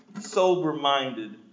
sober-minded